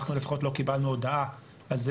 אנחנו לפחות לא קיבלנו הודעה על זה,